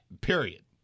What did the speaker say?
Period